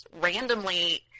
randomly